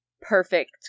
perfect